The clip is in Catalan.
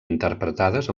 interpretades